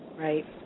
right